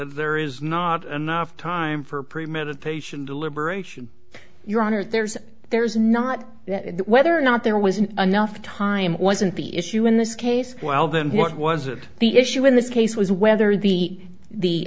there is not enough time for premeditation deliberation your honor there's there's not whether or not there was another time wasn't the issue in this case well then what was it the issue in the case was whether the the